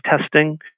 testing